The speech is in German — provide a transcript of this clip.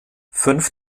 fünf